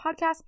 Podcast